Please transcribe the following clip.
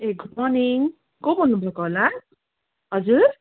ए good morning को बोल्नुभएको होला हजुर